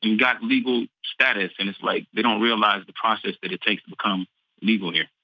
and got legal status. and it's like they don't realize the process that it takes to become legal here.